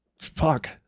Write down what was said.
Fuck